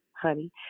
Honey